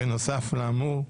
בנוסף לאמור,